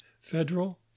federal